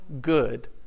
good